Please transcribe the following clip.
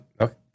Okay